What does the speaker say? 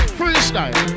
freestyle